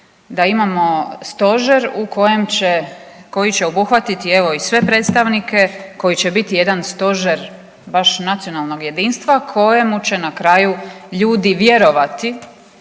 u kojem će, koji će obuhvatiti evo i sve predstavnike koji će biti jedan stožer baš nacionalnog jedinstva kojemu će na kraju ljudi vjerovati